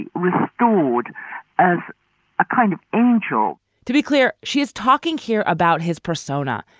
restored as a kind of angel to be clear, she is talking here about his persona,